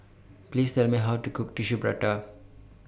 Please Tell Me How to Cook Tissue Prata